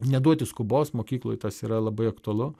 neduoti skubos mokykloj tas yra labai aktualu